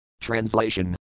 Translation